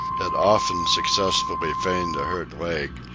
had often successfully feigned a hurt leg,